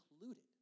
included